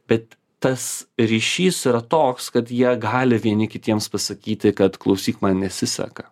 bet tas ryšys yra toks kad jie gali vieni kitiems pasakyti kad klausyk man nesiseka